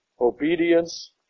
Obedience